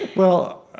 well,